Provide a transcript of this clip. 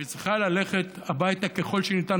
והיא צריכה ללכת הביתה מוקדם ככל שניתן,